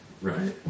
Right